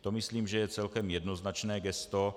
To myslím, že je celkem jednoznačné gesto.